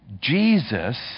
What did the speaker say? Jesus